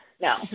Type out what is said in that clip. no